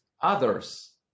others